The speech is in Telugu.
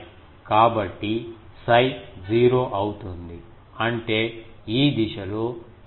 కాబట్టి 𝜓 0 అవుతుంది అంటే ఈ దిశలో గరిష్ట స్థాయిని కలిగి ఉంది